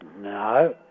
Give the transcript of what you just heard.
No